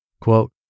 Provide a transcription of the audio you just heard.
Quote